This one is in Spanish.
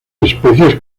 especies